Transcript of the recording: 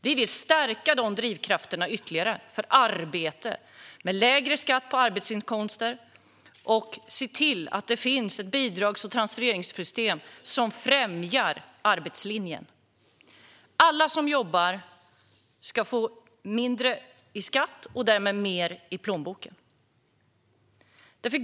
Vi vill stärka de drivkrafterna ytterligare för arbete med lägre skatt på arbetsinkomster och genom att se till att det finns ett bidrags och transfereringssystem som främjar arbetslinjen. Alla som jobbar ska få mindre i skatt och därmed mer i plånboken.